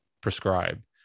prescribe